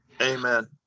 amen